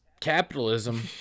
capitalism